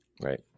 right